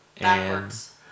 Backwards